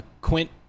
Quint